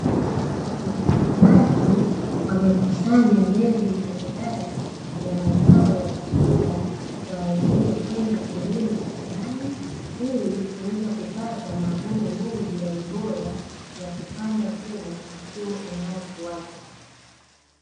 Watu wamekusanya mbegu mbalimbali ya mazao ya chakula, kwa ajili ya kwenda kulima shambani, ili kuweza kupata mavuno mengi ya ubora ya kupandwa tena msimu unaofuata.